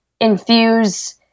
infuse